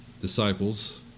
disciples